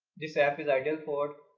this app is ideal for?